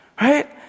Right